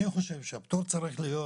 אני חושב שהפטור צריך להיות